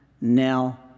now